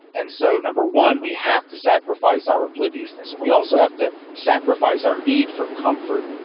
and so number one, we have to sacrifice our obliviousness. and we also have to sacrifice our need for comfort.